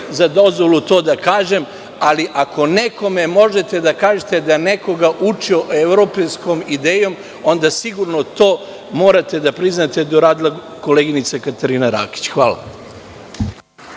za dozvolu to da kažem, ali ako nekome možete da kažete da je nekoga učio evropejskom idejom, onda sigurno to morate da priznate, da je uradila koleginica Katarina Rakić. Hvala.